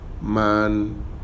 man